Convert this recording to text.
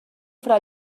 fra